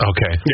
Okay